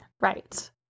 right